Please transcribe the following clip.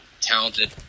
talented